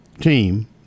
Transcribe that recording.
team